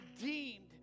redeemed